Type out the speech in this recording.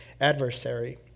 adversary